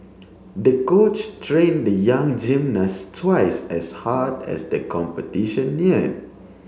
the coach trained the young gymnast twice as hard as the competition near